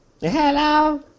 Hello